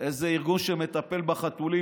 ארגון שמטפל בחתולים,